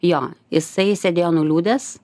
jo jisai sėdėjo nuliūdęs